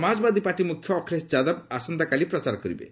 Samajwadi party ମୁଖ୍ୟ ଅଖିଳେଶ ଯାଦବ ଆସନ୍ତାକାଲି ପ୍ରଚାର କରିବେ